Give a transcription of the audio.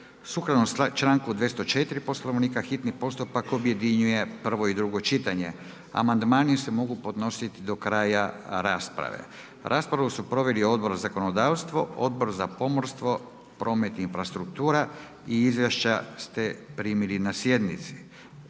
sukladno članku 204. Poslovnika hitni postupak objedinjuje prvo i drugo čitanje. Amandmani se mogu podnositi do kraja rasprave. Raspravu su proveli Odbor za zakonodavstvo, Odbor za pomorstvo, promet i infrastruktura i izvješća ste primili na sjednici.